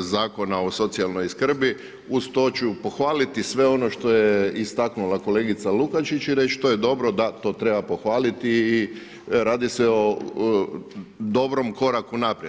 Zakona o socijalnoj skrbi, uz to ću pohvaliti sve ono što je istaknula kolegica Lukačić i reći, to je dobro, da to treba pohvaliti i radi se o dobrom koraku naprijed.